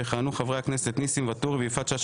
יכהנו חברי הכנסת ניסים ואטורי ויפעת שאשא